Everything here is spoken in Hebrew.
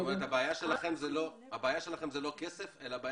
זאת אומרת, הבעיה שלבם זה לא כסף אלא שטח,